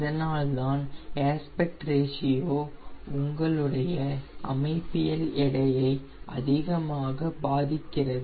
இதனால்தான் aspect ratio உங்களுடைய அமைப்பியல் எடையை அதிகமாக பாதிக்கிறது